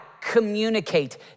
communicate